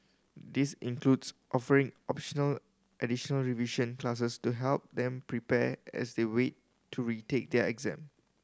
this includes offering optional additional revision classes to help them prepare as they wait to retake their exam